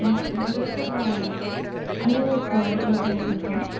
நான் அஞ்சு ஏக்கரில் பூ தோ தோட்டம் வச்சியிருக்கேன்